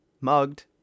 mugged